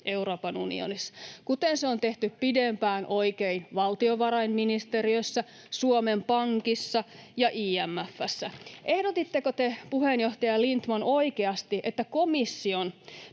Euroopan unionissa, kuten se on tehty pidempään oikein valtiovarainministeriössä, Suomen Pankissa ja IMF:ssä. Ehdotitteko te, puheenjohtaja Lindtman, oikeasti, että komission